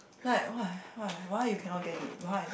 like why why why you cannot get it why